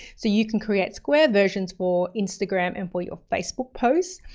so you can create square versions for instagram and for your facebook posts.